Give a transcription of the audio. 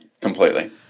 completely